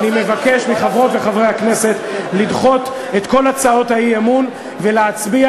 אני מבקש מחברות וחברי הכנסת לדחות את כל הצעות האי-אמון ולהצביע